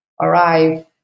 arrive